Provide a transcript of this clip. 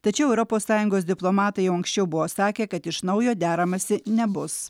tačiau europos sąjungos diplomatai jau anksčiau buvo sakę kad iš naujo deramasi nebus